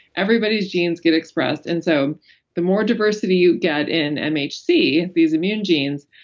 everybody's genes get expressed. and so the more diversity you get in mhc, these immune genes,